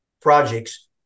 projects